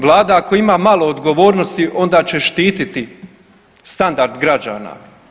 Vlada, ako ima malo odgovornosti, onda će štititi standard građana.